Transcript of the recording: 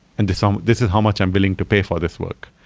and this um this is how much i'm willing to pay for this work.